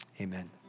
amen